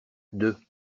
deux